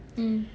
mm